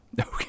okay